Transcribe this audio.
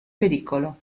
pericolo